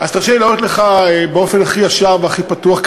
אז תרשה לי לענות לך באופן הכי ישר והכי פתוח,